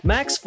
Max